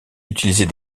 utiliser